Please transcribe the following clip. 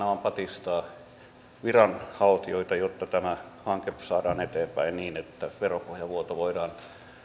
tehtävänä on patistaa viranhaltijoita jotta tämä hanke saadaan eteenpäin niin että veropohjan vuoto voidaan